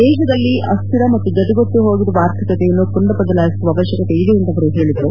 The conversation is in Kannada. ದೇಶದಲ್ಲಿ ಅಸ್ವಿರ ಮತ್ತು ಜಡ್ಡುಗಟ್ಟಿ ಹೋಗಿರುವ ಆರ್ಥಿಕತೆಯನ್ನು ಪುನರ್ ಬದಲಾಯಿಸುವ ಅವಶ್ಯಕತೆ ಇದೆ ಎಂದು ಅವರು ಹೇಳಿದರು